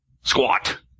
squat